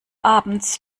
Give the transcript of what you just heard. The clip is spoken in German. abends